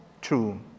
true